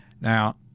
Now